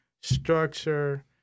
structure